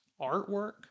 artwork